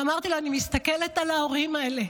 ואמרתי לו: אני מסתכלת על ההורים האלה,